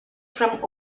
from